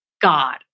God